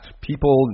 people